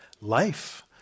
life